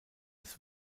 des